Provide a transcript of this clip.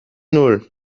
null